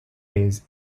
days